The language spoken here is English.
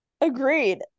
Agreed